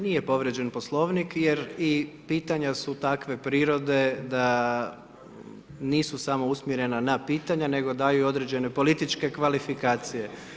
Nije podređen poslovnik jer i pitanja su takve prirode, da nisu samo usmjerena na pitanja, nego daju određene političke kvalifikacije.